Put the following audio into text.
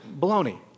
baloney